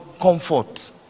comfort